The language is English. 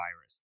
virus